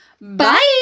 Bye